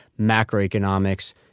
macroeconomics